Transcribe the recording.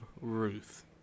Ruth